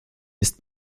ist